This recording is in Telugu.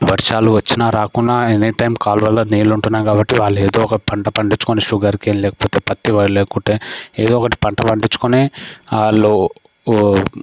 వర్షాలు వచ్చినా రాకున్నా ఎనీ టైం కాల్వలో నీళ్లు ఉంటున్నాయి కాబట్టి వాళ్ళు ఏదో ఒక పంట పండించుకొని షుగర్ కేన్ లేకపోతే పత్తి లేకుంటే ఏదో ఒకటి పంటలు పండించుకొని వాళ్ళు